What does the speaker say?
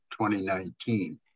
2019